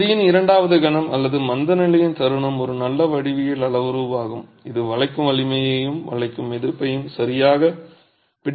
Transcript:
பகுதியின் இரண்டாவது கணம் அல்லது மந்தநிலையின் தருணம் ஒரு நல்ல வடிவியல் அளவுருவாகும் இது வளைக்கும் வலிமையையும் வளைக்கும் எதிர்ப்பையும் சரியாகப் பிடிக்கிறது